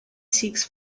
seeks